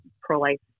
pro-life